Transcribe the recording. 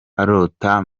arota